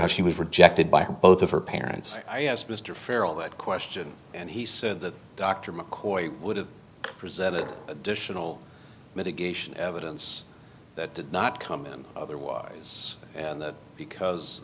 how she was rejected by both of her parents i asked mr farrel that question and he said that dr mccoy would have presented additional mitigation evidence that did not come in otherwise and because